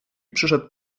przyszedł